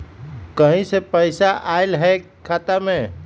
कहीं से पैसा आएल हैं खाता में?